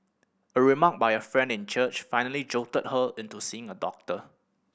a remark by a friend in church finally jolted her into seeing a doctor